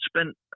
spent